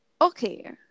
Okay